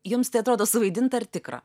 jums tai atrodo suvaidinta ar tikra